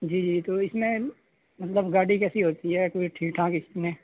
جی جی تو اس میں مطلب گاڑی کیسی ہوتی ہے پوری ٹھیک ٹھاک اس میں